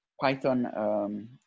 Python